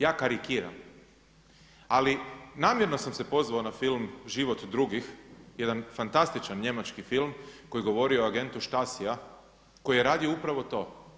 Ja karikiram, ali namjerno sam se pozvao na film „Život drugih“ jedan fantastičan njemački film koji govori o agentu schtasia, koji je radio upravo to.